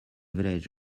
village